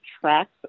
tracks